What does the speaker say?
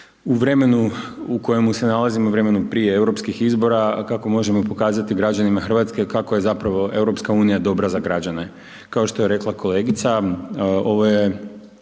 u vremenu u kojemu se nalazimo, vremenu prije Europskih izbora, a kako možemo pokazati građanima Hrvatske kako je zapravo EU dobra za građane. Kao što je rekla kolegica ovo je